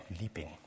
leaping